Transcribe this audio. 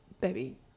baby